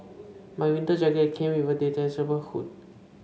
my winter jacket came with a detachable hood